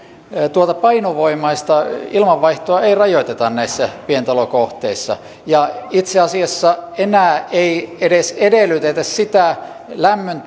tuota painovoimaista ilmanvaihtoa ei rajoiteta näissä pientalokohteissa itse asiassa enää ei edes edellytetä lämmön